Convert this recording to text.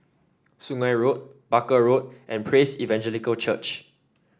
Sungei Road Barker Road and Praise Evangelical Church